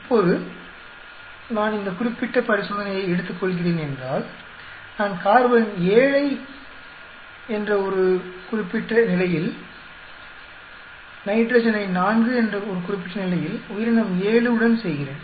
இப்போது நான் இந்த குறிப்பிட்ட பரிசோதனையை எடுத்துக்கொள்கிறேன் என்றால் நான் கார்பனை 7 என்ற ஒரு குறிப்பிட்ட நிலையில் நைட்ரஜனை 4 என்ற ஒரு குறிப்பிட்ட நிலையில் உயிரினம் ஏழு உடன் செய்கிறேன்